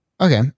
Okay